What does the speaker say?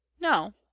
no